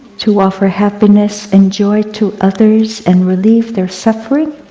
to offer happiness and joy to others, and relieve their suffering,